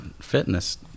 fitness